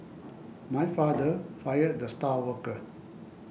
my father fired the star worker